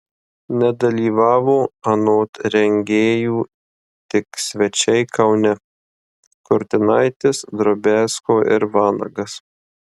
nedalyvavo anot rengėjų tik svečiai kaune kurtinaitis drobiazko ir vanagas